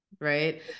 right